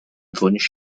wunsch